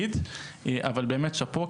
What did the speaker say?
אבל באמת שאפו,